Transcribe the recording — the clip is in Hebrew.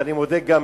אני מודה גם